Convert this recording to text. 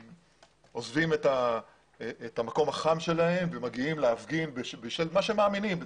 עוזבים את המקום החם שלהם ומגיעים להפגין בשל משהו שהם מאמינים בו,